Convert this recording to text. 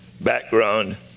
background